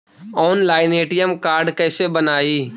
Online ATM card कैसे बनाई?